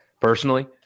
personally